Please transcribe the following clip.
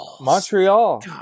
Montreal